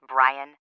Brian